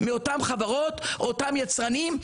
מאותן חברות או מאותם יצרנים.